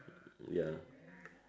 ya